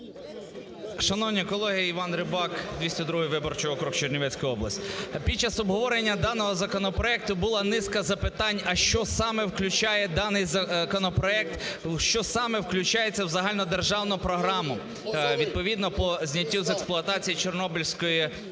Шановні колеги! Іван Рибак, 202-й виборчий округ, Чернівецька область. Під час обговорення даного законопроекту була низка запитань, а що саме включає даний законопроект, до саме включається в Загальнодержавну програму. Відповідно, по зняттю з експлуатації Чорнобильської атомної